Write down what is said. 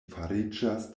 fariĝas